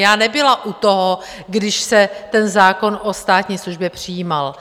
Já nebyla u toho, když se ten zákon o státní službě přijímal.